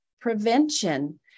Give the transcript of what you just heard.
prevention